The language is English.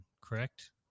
correct